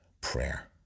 prayer